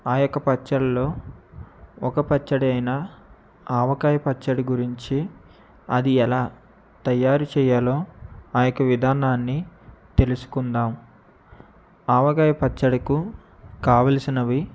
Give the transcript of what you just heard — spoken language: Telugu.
ఆ యొక్క పచ్చల్లో ఒక పచ్చడి అయినా ఆవకాయ పచ్చడి గురించి అది ఎలా తయారు చేయాలో ఆ యొక్క విధానాన్ని తెలుసుకుందాము ఆవకాయ పచ్చడికి కావలసినవి